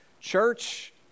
Church